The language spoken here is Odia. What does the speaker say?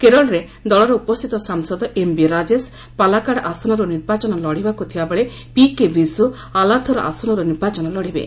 କେରଳରେ ଦଳର ଉପସ୍ଥିତ ସାଂସଦ ଏମବି ରାଜେଶ' ପାଲାକାଡ୍ ଆସନରୁ ନିର୍ବାଚନ ଲଢିବାକୁ ଥିବାବେଳେ ପିକେ ବିଜୁ ଆଲାଥୁର' ଆସନରୁ ନିର୍ବାଚନ ଲଢିବେ